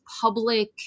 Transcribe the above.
public